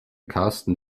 karsten